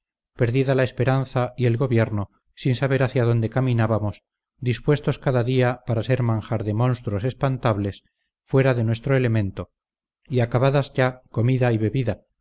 perdida la esperanza y el gobierno sin saber hacia dónde caminábamos dispuestos cada día para ser manjar de monstruos espantables fuera de nuestro elemento y acabadas ya comida y bebida